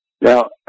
Now